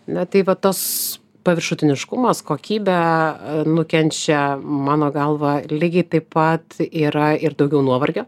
na tai va tos paviršutiniškumas kokybę nukenčia mano galva lygiai taip pat yra ir daugiau nuovargio